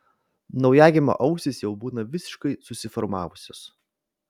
naujagimio ausys jau būna visiškai susiformavusios